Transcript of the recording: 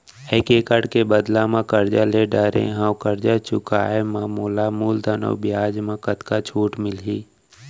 एक एक्कड़ के बदला म करजा ले डारे हव, करजा चुकाए म मोला मूलधन अऊ बियाज म कतका छूट मिलही?